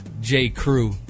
J.Crew